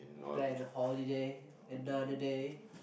plan holiday another day